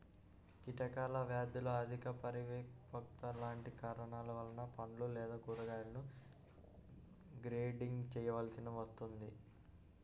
కీటకాలు, వ్యాధులు, అధిక పరిపక్వత లాంటి కారణాల వలన పండ్లు లేదా కూరగాయలను గ్రేడింగ్ చేయవలసి వస్తుంది